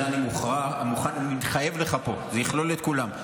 זה, אני מתחייב לך פה, זה יכלול את כולם.